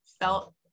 felt